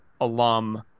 alum